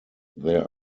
there